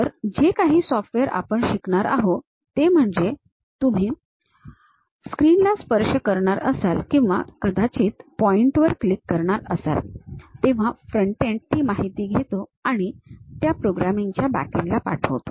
तर जे काही सॉफ्टवेअर आपण शिकणार आहोत ते म्हणजे जेव्हा तुम्ही स्क्रीनला स्पर्श करणार असाल किंवा कदाचित पॉइंटवर क्लिक कराल तेव्हा फ्रंट एन्ड ती माहिती घेतो आणि त्या प्रोग्रामिंगच्या बॅक एन्ड ला पाठवतो